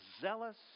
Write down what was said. zealous